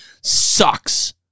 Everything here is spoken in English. sucks